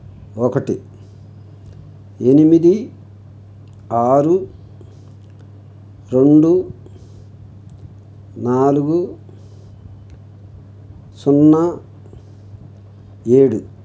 ఒకటి ఎనిమిది ఆరు రెండు నాలుగు సున్నా ఏడు